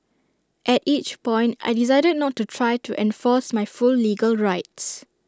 at each point I decided not to try to enforce my full legal rights